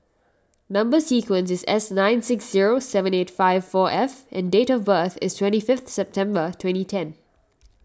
Number Sequence is S nine six zero seven eight five four F and date of birth is twenty fifth September twenty ten